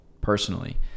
personally